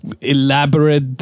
elaborate